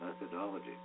methodology